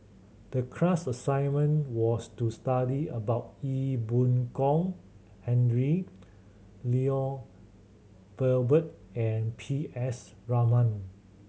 the class assignment was to study about Ee Boon Kong Henry Lloyd Valberg and P S Raman